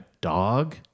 dog